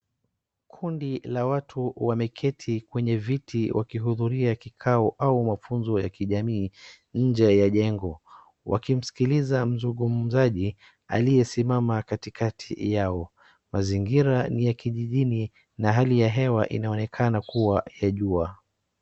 Kundi la watu wameketi kwenye viti wakihudhuria kikao au mafunzo ya kijamiii nje ya jengo. Wakimsikiliza mgungumzaji aliyesimama katikati yao. Mazingira ni ya kijijini na hali ya hewa inaonekana kuwa ya jua.